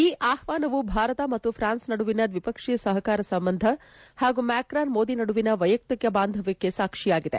ಈ ಆಪ್ವಾನವು ಭಾರತ ಮತ್ತು ಪ್ರಾನ್ಸ್ ನಡುವಿನ ದ್ವಿಪಕ್ಷೀಯ ಸಹಕಾರ ಸಂಬಂಧ ಹಾಗೂ ಮ್ನಾಕ್ರನ್ ಮೋದಿ ನಡುವಿನ ವೈಯಕ್ತಿಕ ಬಾಂಧವ್ಯಕ್ಕೆ ಸಾಕ್ಷಿಯಾಗಿದೆ